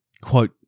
quote